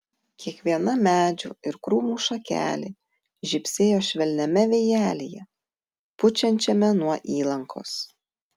kiekviena medžių ir krūmų šakelė žibsėjo švelniame vėjelyje pučiančiame nuo įlankos